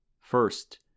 First